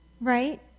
right